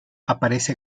aparece